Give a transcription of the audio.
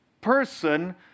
person